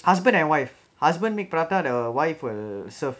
husband and wife husband make prata the wife will serve